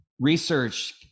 Research